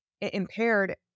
impaired